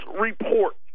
report